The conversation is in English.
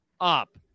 up